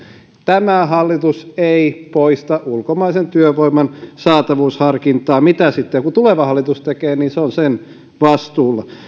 tämä hallitus ei poista ulkomaisen työvoiman saatavuusharkintaa se mitä sitten joku tuleva hallitus tekee on sen vastuulla